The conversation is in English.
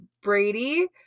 Brady